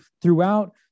throughout